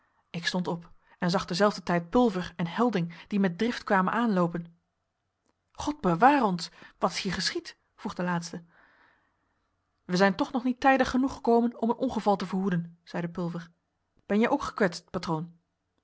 ik stond op en zag terzelfder tijd pulver en helding die met drift kwamen aanloopen god beware ons wat is hier geschied vroeg de laatste wij zijn toch nog niet tijdig genoeg gekomen om een ongeval te verhoeden zeide pulver ben je ook gekwetst patroon